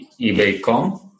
eBay.com